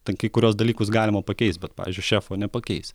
ten kai kuriuos dalykus galima pakeist bet pavyzdžiui šefo nepakeisi